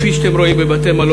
כפי שאתם רואים בבתי-מלון,